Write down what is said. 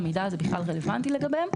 המידע הזה בכלל רלוונטי לגביהם,